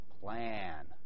plan